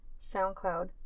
SoundCloud